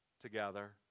together